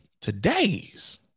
Today's